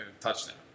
touchdown